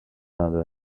another